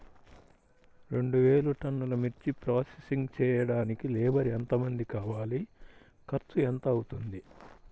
రెండు వేలు టన్నుల మిర్చి ప్రోసెసింగ్ చేయడానికి లేబర్ ఎంతమంది కావాలి, ఖర్చు ఎంత అవుతుంది?